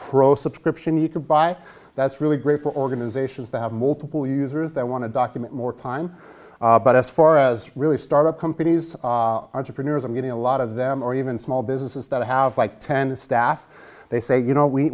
pro subscription you can buy that's really great for organizations that have multiple users that want to document more time but as far as really start up companies entrepreneurs i mean a lot of them or even small businesses that have like ten staff they say you know we